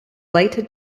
later